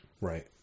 right